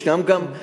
יש גם עשרות,